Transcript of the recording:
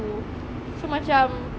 so macam